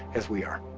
as we are.